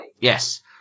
Yes